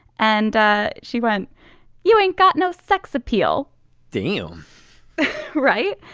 and ah she went you ain't got no sex appeal deal right.